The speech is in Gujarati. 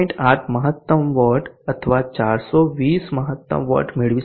8 મહત્તમ વોટ અથવા ૪૨૦ મહત્તમ વોટ મળી શકે